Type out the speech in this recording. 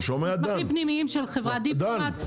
מסמכים פנימיים של חברת דיפלומט.